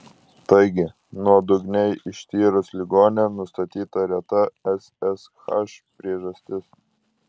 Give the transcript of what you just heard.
taigi nuodugniai ištyrus ligonę nustatyta reta ssh priežastis